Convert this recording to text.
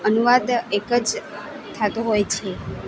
અનુવાદ એક જ થતો હોય છે